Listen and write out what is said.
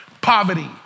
poverty